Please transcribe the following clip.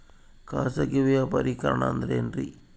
ಖಾಸಗಿ ವ್ಯಾಪಾರಿಕರಣ ಅಂದರೆ ಏನ್ರಿ?